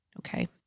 okay